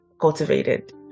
cultivated